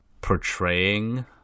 portraying